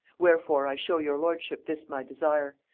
wherefore i show your lordship this my desire.